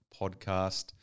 podcast